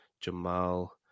Jamal